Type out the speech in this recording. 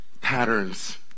patterns